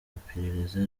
iperereza